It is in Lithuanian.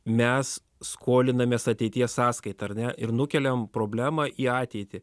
mes skolinamės ateities sąskaita ar ne ir nukeliam problemą į ateitį